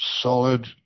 Solid